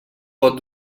pot